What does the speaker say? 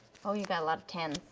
oh, you got a lotta tens.